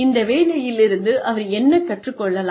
இந்த வேலையிலிருந்து அவர் என்ன கற்றுக் கொள்ளலாம்